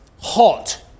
hot